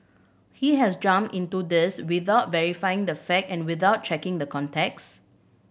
he has jumped into this without verifying the fact and without checking the context